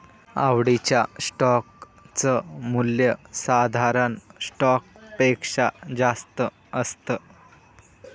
आवडीच्या स्टोक च मूल्य साधारण स्टॉक पेक्षा जास्त असत